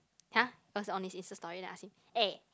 har it was on his Insta Story then I ask him eh